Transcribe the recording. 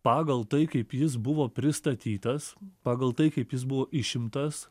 pagal tai kaip jis buvo pristatytas pagal tai kaip jis buvo išimtas